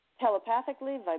telepathically